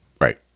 Right